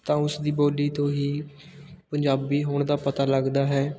ਤਾਂ ਉਸ ਦੀ ਬੋਲੀ ਤੋਂ ਹੀ ਪੰਜਾਬੀ ਹੋਣ ਦਾ ਪਤਾ ਲੱਗਦਾ ਹੈ